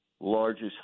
largest